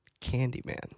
Candyman